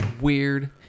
Weird